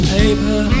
paper